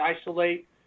isolate